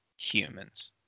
humans